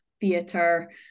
theatre